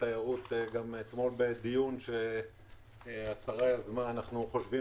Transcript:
שאתמול בדיון שהשרה יזמנה אנחנו חושבים